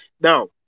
now